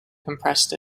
compressed